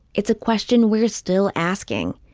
it's a question we're still asking.